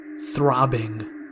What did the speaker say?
throbbing